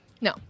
no